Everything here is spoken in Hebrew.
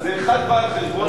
אז אחד בא על חשבון השני.